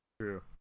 true